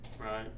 Right